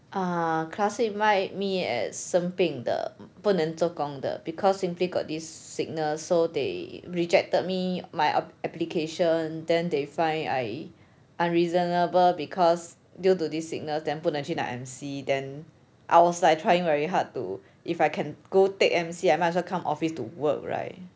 ah classify me as 生病的不能做工的 because simply got this sickness so they rejected me my application then they find I unreasonable because due to this sickness 不能去拿 M_C then I was like trying very hard to if I can go take M_C I might as well come office to work right